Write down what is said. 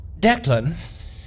Declan